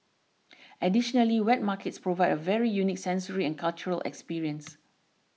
additionally wet markets provide a very unique sensory and cultural experience